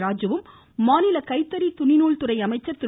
ராஜீவும் மாநில கைத்தறி துணி நூல் துறை அமைச்சர் திரு